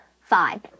five